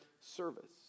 service